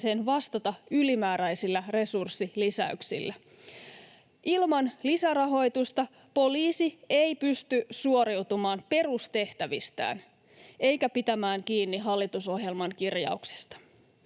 vastata ylimääräisillä resurssilisäyksillä. Ilman lisärahoitusta poliisi ei pysty suoriutumaan perustehtävistään eikä pitämään kiinni hallitusohjelman kirjauksesta.